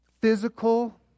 physical